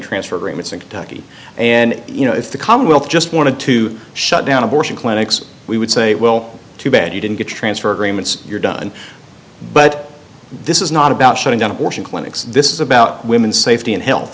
transfer agreements in kentucky and you know if the commonwealth just wanted to shut down abortion clinics we would say well too bad you didn't get transfer agreement you're done but this is not about shutting down abortion clinics this is about women's safety and health